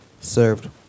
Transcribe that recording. served